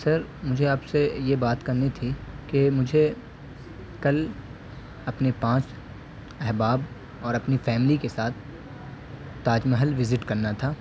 سر مجھے آپ سے یہ بات کرنی تھی کہ مجھے کل اپنے پانچ احباب اور اپنی فیملی کے ساتھ تاج محل وزٹ کرنا تھا